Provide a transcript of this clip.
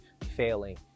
failing